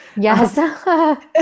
Yes